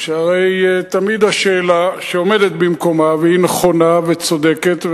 הרי תמיד השאלה שעומדת במקומה, והיא נכונה וצודקת,